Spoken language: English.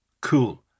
cool